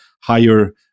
higher